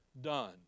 done